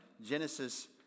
Genesis